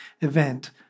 event